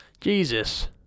Jesus